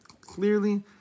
clearly